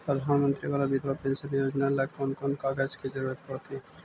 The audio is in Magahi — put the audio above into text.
प्रधानमंत्री बाला बिधवा पेंसन योजना ल कोन कोन कागज के जरुरत पड़ है?